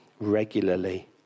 regularly